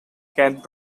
cat